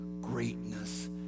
greatness